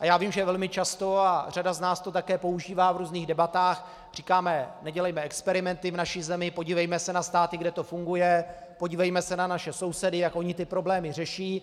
a já vím, že velmi často, a řada z nás to také používá v různých debatách, říkáme: nedělejme experimenty v naší zemi, podívejme se na státy, kde to funguje, podívejme se na naše sousedy, jak oni ty problémy řeší.